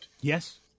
Yes